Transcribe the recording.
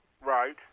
Right